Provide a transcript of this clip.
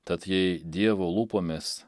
tad jei dievo lūpomis